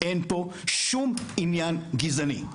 אין פה שום עניין גזעני.